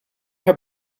her